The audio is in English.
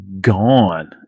gone